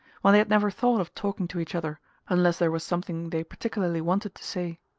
when they had never thought of talking to each other unless there was something they particularly wanted to say.